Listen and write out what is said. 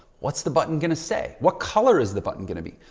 what's the button going to say? what color is the button going to be?